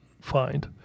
find